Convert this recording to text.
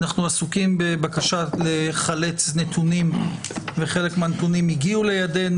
אנחנו עסוקים בבקשה לחלץ נתונים וחלק מהנתונים הגיעו לידינו.